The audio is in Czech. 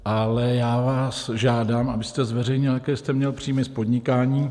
Ale já vás žádám, abyste zveřejnil, jaké jste měl příjmy z podnikání.